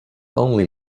only